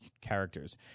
characters